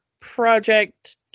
Project